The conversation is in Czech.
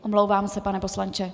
Omlouvám se, pane poslanče.